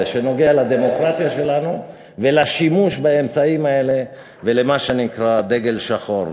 שנוגע לדמוקרטיה שלנו ולשימוש באמצעים האלה ולמה שנקרא דגל שחור.